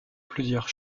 plusieurs